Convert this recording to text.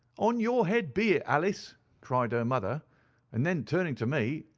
on your head be it, alice cried her mother and then, turning to me,